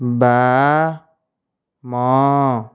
ବାମ